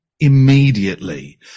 immediately